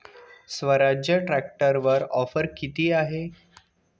स्वराज्य ट्रॅक्टरवर ऑफर किती आहे?